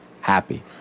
happy